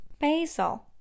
Basil